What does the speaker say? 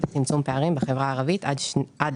עבר?